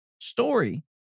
story